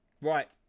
Right